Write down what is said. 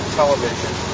television